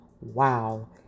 Wow